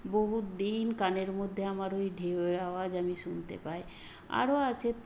বহুদিন কানের মধ্যে আমার ওই ঢেউয়ের আওয়াজ আমি শুনতে পাই আরও আছে